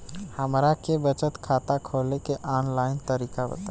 हमरा के बचत खाता खोले के आन लाइन तरीका बताईं?